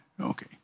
okay